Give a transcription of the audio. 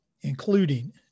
including